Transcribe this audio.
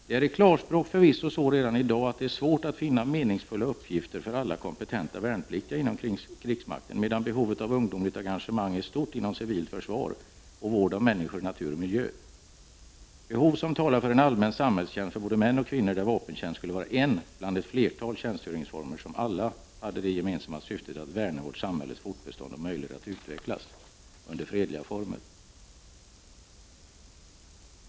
Det är i klarspråk förvisso så redan i dag att det är svårt att finna meningsfulla uppgifter för alla kompetenta värnpliktiga inom krigsmakten, medan behovet av ungdomligt engagemang är stort inom civilt försvar och vård av människor, natur och miljö. Det är behov som talar för en allmän samhällstjänst för både män och kvinnor, där vapentjänst skulle vara en bland flera tjänstgöringsformer som alla hade det gemensamma syftet att värna vårt samhälles fortbestånd och möjligheter att utvecklas i fredliga former.